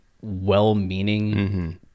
well-meaning